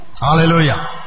Hallelujah